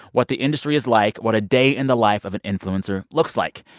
what the industry is like, what a day in the life of an influencer looks like.